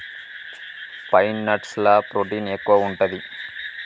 pine nuts ల protein ఎక్కువు ఉంటది